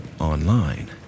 online